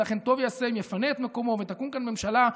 ולכן טוב יעשה אם יפנה את מקומו ותקום כאן ממשלה,